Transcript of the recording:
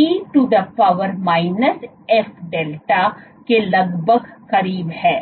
e to the power minus f delta के लगभग करीब है